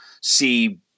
see